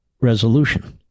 resolution